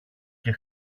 και